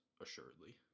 assuredly